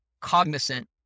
cognizant